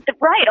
Right